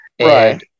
Right